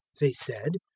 they said,